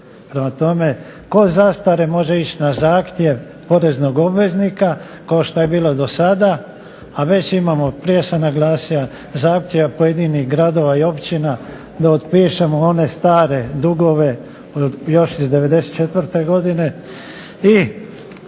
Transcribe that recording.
Prema tome, kod zastare može ići na zahtjev poreznog obveznika kao što je bilo do sada, a već imamo prije sam naglasio zahtjeva pojedinih gradova i općina da otpišemo one stare dugove još iz '94. godine